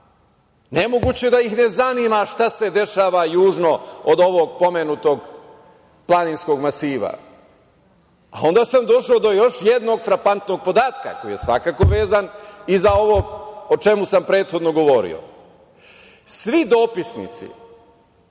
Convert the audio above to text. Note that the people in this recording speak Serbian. nemoguće da ih ne zanima šta se dešava južno od ovog pomenutog planinskog masiva. Onda sam došao do još jednog frapantnog podatka koji je svakako vezan i za ovo o čemu sam prethodno govorio. Svi dopisnici